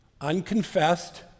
Unconfessed